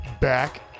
Back